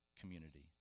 community